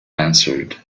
answered